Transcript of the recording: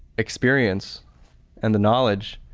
experience and the knowledge,